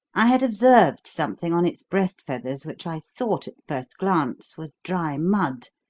i had observed something on its breast feathers which i thought, at first glance, was dry mud,